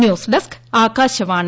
news desk Akashvani